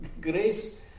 grace